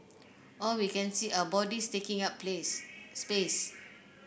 all we can see are bodies taking up place space